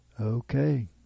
Okay